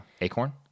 acorn